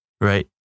right